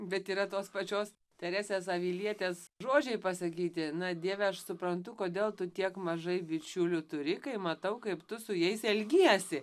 bet yra tos pačios teresės avilietės žodžiai pasakyti na dieve aš suprantu kodėl tu tiek mažai bičiulių turi kai matau kaip tu su jais elgiesi